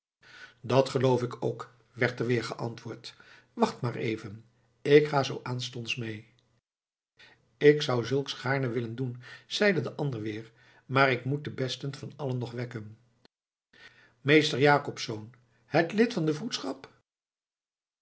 dat geloof ik ook werd er weer geantwoord wacht maar even ik ga zoo aanstonds mee ik zou zulks gaarne willen doen zeide de ander weer maar ik moet den besten van allen nog wekken meester jakobsz het lid van de vroedschap